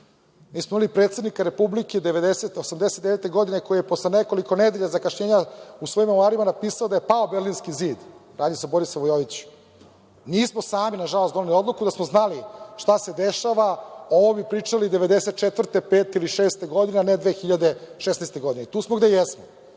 Mi smo imali predsednika Republike 1989. godine koji je posle nekoliko nedelja zakašnjenja u svojim memoarima napisao da je pao Berlinski zid, radi se o Borisavu Joviću. Nismo sami, nažalost, doneli odluku. Da smo znali šta se dešava, o ovome bi pričali 1994, 1995. ili 1996. godine, a ne 2016. godine, i tu smo gde jesmo. Šta